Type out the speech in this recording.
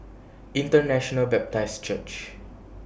International Baptist Church